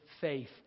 faith